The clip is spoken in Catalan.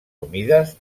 humides